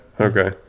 okay